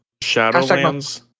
Shadowlands